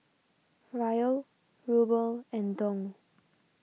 Riyal Ruble and Dong